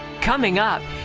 coming up,